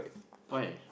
why